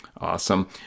Awesome